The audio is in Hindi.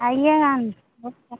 आइएगा ना चौक तक